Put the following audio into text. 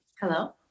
Hello